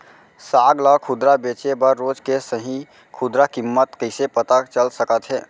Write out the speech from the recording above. साग ला खुदरा बेचे बर रोज के सही खुदरा किम्मत कइसे पता चल सकत हे?